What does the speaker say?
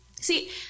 See